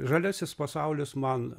žaliasis pasaulis man